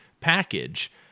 package